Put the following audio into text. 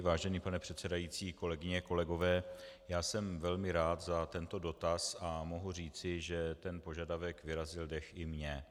Vážený pane předsedající, kolegyně, kolegové, jsem velmi rád za tento dotaz a mohu říci, že tento požadavek vyrazil dech i mně.